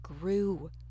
grew